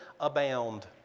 abound